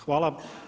Hvala.